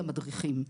למדריכים.